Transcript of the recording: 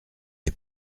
est